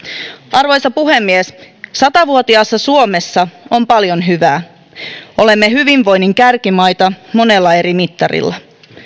arvoisa puhemies sata vuotiaassa suomessa on paljon hyvää olemme hyvinvoinnin kärkimaita monella eri mittarilla